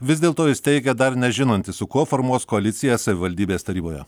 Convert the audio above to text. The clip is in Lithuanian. vis dėlto jis teigia dar nežinantis su kuo formuos koaliciją savivaldybės taryboje